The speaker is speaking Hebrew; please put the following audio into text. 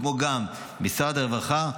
כמו גם משרד הרווחה,